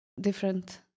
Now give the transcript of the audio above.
different